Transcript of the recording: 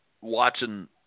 watching